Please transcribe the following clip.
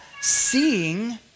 seeing